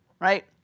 right